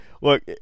look